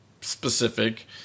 specific